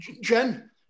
Jen